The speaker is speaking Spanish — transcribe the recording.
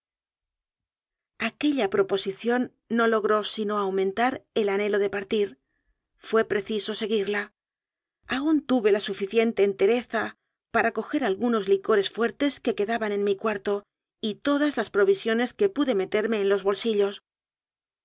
aquella proposición no logró sino aumentar su anhelo de partir fué preciso seguirla aún tuve la suficiente entereza para coger algunos licores fuertes que quedaban en mi cuarto y todas las provisiones que pude meterme en los bolsillos